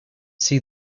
see